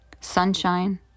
sunshine